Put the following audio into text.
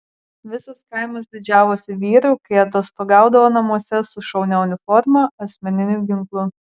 visas kaimas didžiavosi vyru kai atostogaudavo namuose su šaunia uniforma asmeniniu ginklu